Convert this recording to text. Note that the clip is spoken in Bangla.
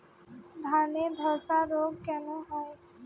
ধানে ধসা রোগ কেন হয়?